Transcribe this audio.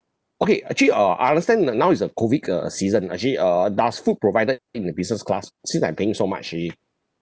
okay actually uh I understand that now is the COVID uh season actually err does food provided in the business class since I am paying so much already